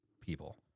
people